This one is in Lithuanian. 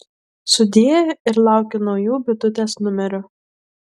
sudie ir laukiu naujų bitutės numerių